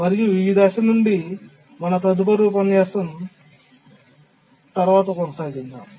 మరియు ఈ దశ నుండి మన తదుపరి ఉపన్యాసం మన కొనసాగిద్దాం